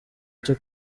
cyo